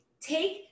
take